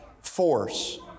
force